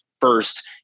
first